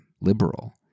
liberal